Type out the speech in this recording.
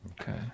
Okay